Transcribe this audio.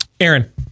Aaron